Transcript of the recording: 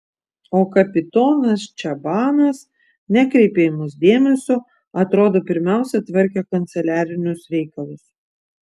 o kapitonas čabanas nekreipė į mus dėmesio atrodo pirmiausia tvarkė kanceliarinius reikalus